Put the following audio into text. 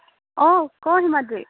অঁ ক হিমাদ্ৰী